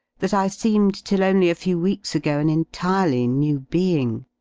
that i seemed till only a few weeks ago an entirely new being.